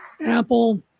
Apple